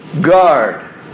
guard